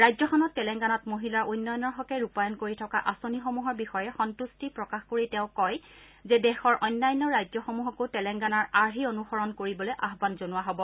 ৰাজ্যখনত তেলেংগানাত মহিলাৰ উন্নয়নৰ হকে ৰূপায়ন কৰি থকা আঁচনিসমূহৰ বিষয়ে সন্ত্ৰটি প্ৰকাশ কৰি তেওঁ কয় যে দেশৰ অন্যান্য ৰাজ্যসমূহকো তেলেংগানাৰ আৰ্হি অনুসৰণ কৰিবলৈ আয়ান জনোৱা হব